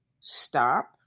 stop